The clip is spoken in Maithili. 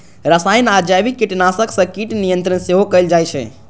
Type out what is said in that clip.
रसायन आ जैविक कीटनाशक सं कीट नियंत्रण सेहो कैल जाइ छै